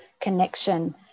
connection